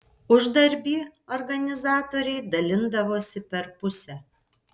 uždarbį organizatoriai dalindavosi per pusę